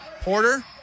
Porter